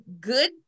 good